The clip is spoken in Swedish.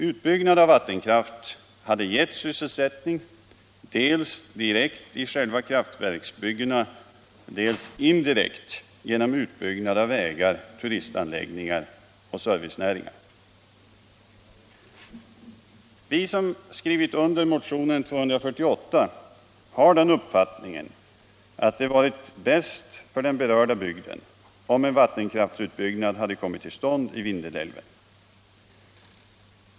Utbyggnad av vattenkraft hade gett sysselsättning dels direkt i själva kraftverksbyggena, dels indirekt genom utbyggnad av vägar, turistanläggningar och servicenäringar. Vi som skrivit under motionen 248 har den uppfattningen att det varit bäst för den berörda bygden, om en vattenkraftsutbyggnad hade kommit till stånd i Vindelälven.